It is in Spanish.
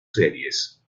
series